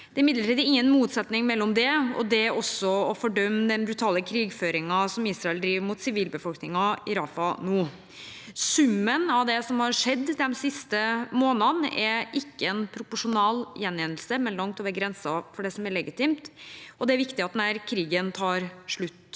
Imidlertid er det ingen motsetning mellom det og det å fordømme den brutale krigføringen som Israel driver mot sivilbefolkningen i Rafah nå. Summen av det som har skjedd de siste månedene, er ikke en proporsjonal gjengjeldelse, men langt over grensen for det som er legitimt, og det er viktig at denne krigen tar slutt